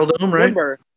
Remember